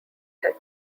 had